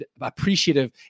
appreciative